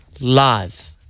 Live